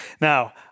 Now